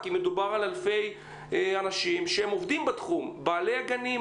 כי מדובר על אלפי אנשים שעובדים בתחום בעלי הגנים,